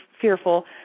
fearful